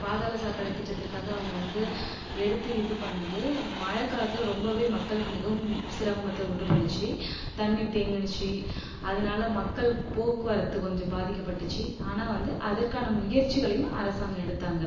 பாதாள சாக்கடை திட்டத்திற்காக அவங்க வந்து எடுத்து இது பண்ணது மழை காலத்தில் ரொம்பவே மக்களுக்கு மிகவும் சிரமத்தை உண்டு பண்ணுச்சு தண்ணி தேங்குனுச்சு அதனால் மக்கள் போக்குவரத்து கொஞ்சம் பாதிக்கப்பட்டுச்சு ஆனால் வந்து அதற்கான முயற்சிகளையும் அரசாங்கம் எடுத்தாங்க